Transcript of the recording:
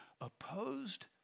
opposed